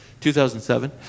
2007